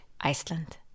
Iceland